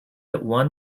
one